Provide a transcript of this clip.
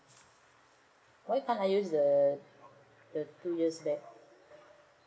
why can't I use the two years back